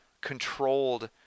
controlled